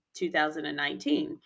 2019